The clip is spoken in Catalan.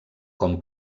com